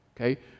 Okay